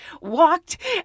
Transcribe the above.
walked